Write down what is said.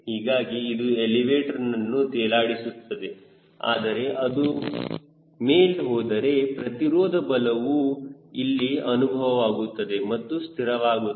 ಹೀಗಾಗಿ ಇದು ಎಲಿವೇಟರ್ನನ್ನು ತೇಲಾಡಿಸುತ್ತದೆ ಆದರೆ ಅದು ಮೇಲೆ ಹೋದರೆ ಪ್ರತಿರೋಧ ಬಲವು ಇಲ್ಲಿ ಅನುಭವವಾಗುತ್ತದೆ ಮತ್ತು ಸ್ಥಿರವಾಗುತ್ತದೆ